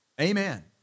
Amen